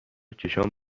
چشمام